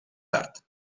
tard